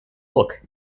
look